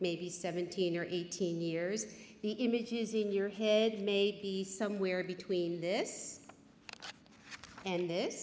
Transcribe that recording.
maybe seventeen or eighteen years the images in your head may be somewhere between this and